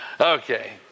Okay